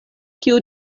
kiu